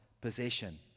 possession